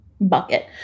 bucket